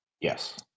yes